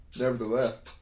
nevertheless